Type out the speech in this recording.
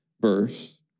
verse